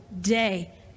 day